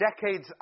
decades